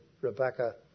Rebecca